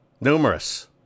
numerous